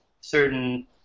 certain